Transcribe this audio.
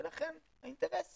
ולכן האינטרס,